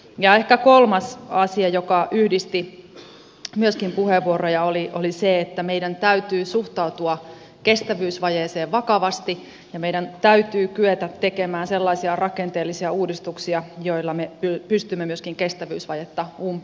ja ehkä kolmas asia joka yhdisti myöskin puheenvuoroja oli se että meidän täytyy suhtautua kestävyysvajeeseen vakavasti ja meidän täytyy kyetä tekemään sellaisia rakenteellisia uudistuksia joilla me pystymme myöskin kestävyysvajetta umpeen kuromaan